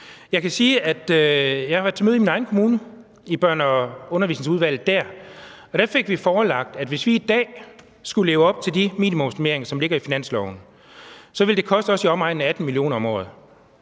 jeg var til møde i min egen kommune i børne- og undervisningsudvalget dér, og der fik vi forelagt, at hvis vi i dag skulle leve op til de minimumsnormeringer, som ligger i finansloven, så ville det koste os i omegnen af 18 mio. kr. om året.